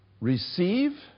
Receive